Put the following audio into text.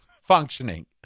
functioning